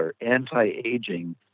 anti-aging